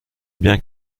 bien